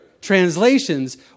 translations